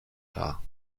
dar